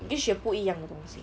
你可以学不一样的东西